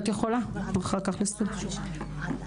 את רשומה.